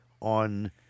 on